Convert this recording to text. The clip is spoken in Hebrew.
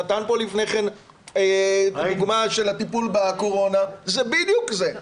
ניתנה כאן לפני כן דוגמה של הטיפול בקורונה וזה בדיוק זה.